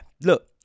look